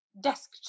desk